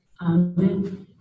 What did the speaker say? Amen